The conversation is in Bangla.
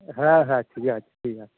হ্যাঁ হ্যাঁ ঠিক আছে ঠিক আছে